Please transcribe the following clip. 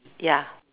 ya